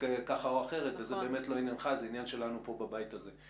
כך או אחרת וזה באמת לא עניינך אלא זה עניין שלנו כאן בבית הזה.